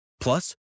Plus